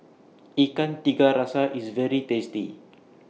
Ikan Tiga Rasa IS very tasty